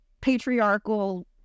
patriarchal